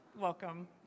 welcome